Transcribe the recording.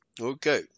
Okay